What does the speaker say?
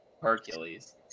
Hercules